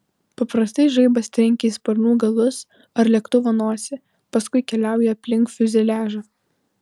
paprastai žaibas trenkia į sparnų galus ar lėktuvo nosį paskui keliauja aplink fiuzeliažą